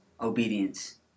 obedience